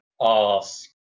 ask